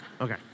Okay